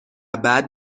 بعد